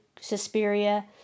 Suspiria